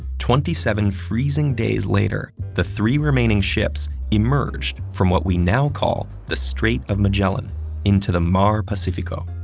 twenty seven freezing days later, the three remaining ships emerged from what we now call the strait of magellan into the mar pacifico.